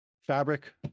Fabric